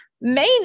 main